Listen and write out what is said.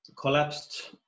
collapsed